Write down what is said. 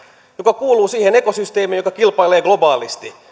joka kuuluu siihen ekosysteemiin joka kilpailee globaalisti